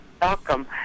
welcome